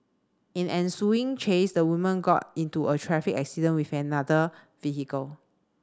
in ensuing chase the woman got into a traffic accident with another vehicle